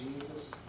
Jesus